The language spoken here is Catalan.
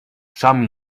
som